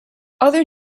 other